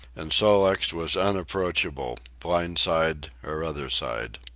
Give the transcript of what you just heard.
and sol-leks was unapproachable, blind side or other side.